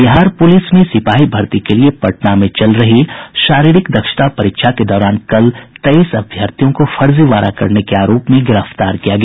Bihar police में सिपाही भर्ती के लिये पटना में चल रही शारीरिक दक्षता परीक्षा के दौरान कल तेईस अभ्यर्थियों को फर्जीवाड़ा करने के आरोप में गिरफ्तार किया गया